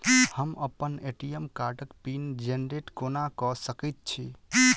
हम अप्पन ए.टी.एम कार्डक पिन जेनरेट कोना कऽ सकैत छी?